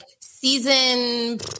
season